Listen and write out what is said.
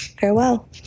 Farewell